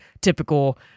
typical